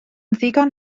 ddigon